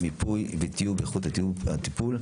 מיפוי ותיעוד איכות הטיפול,